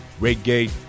reggae